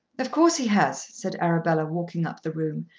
of course he has, said arabella walking up the room,